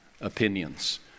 opinions